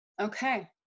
Okay